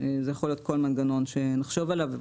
זה יכול להיות כל מנגנון שנחשוב עליו.